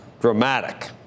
dramatic